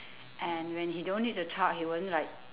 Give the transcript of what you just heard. and when he don't need to talk he won't like